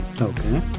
Okay